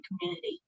community